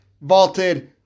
vaulted